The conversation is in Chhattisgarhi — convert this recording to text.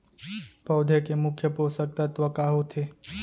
पौधे के मुख्य पोसक तत्व का होथे?